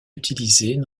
utilisée